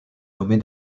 nommée